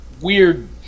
weird